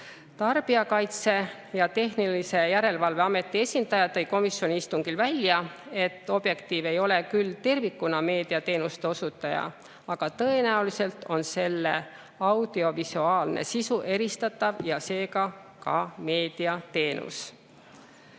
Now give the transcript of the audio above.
Tarbijakaitse ja Tehnilise Järelevalve Ameti esindaja tõi komisjoni istungil välja, et Objektiiv ei ole küll tervikuna meediateenuste osutaja, aga tõenäoliselt on selle audiovisuaalne sisu eristatav ja seega ka meediateenus.